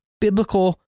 biblical